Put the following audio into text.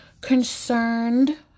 Concerned